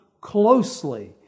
closely